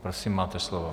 Prosím, máte slovo.